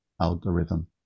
algorithm